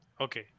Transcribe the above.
Okay